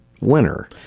winner